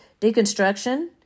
Deconstruction